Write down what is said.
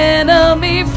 enemy